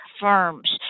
firms